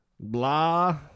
blah